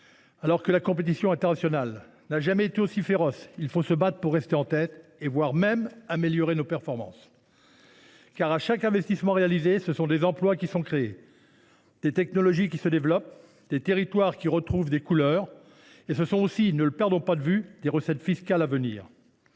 européens. La compétition internationale n’a jamais été si féroce : il faut se battre pour rester en tête et chercher, encore et toujours, à améliorer ses performances. En effet, à chaque investissement réalisé, ce sont des emplois qui sont créés, des technologies qui se développent et des territoires qui retrouvent des couleurs. Ce sont aussi – ne le perdons pas de vue – des recettes fiscales à venir.